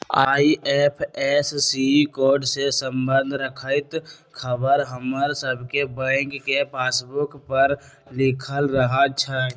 IFSC code से संबंध रखैत ख़बर हमर सभके बैंक के पासबुक पर लिखल रहै छइ